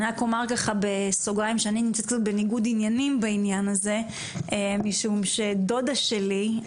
אומר בסוגריים שאני נמצאת בניגוד עניינים בעניין הזה משום שדודה שלי,